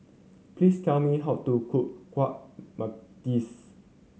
please tell me how to cook Kuih Manggis